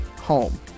home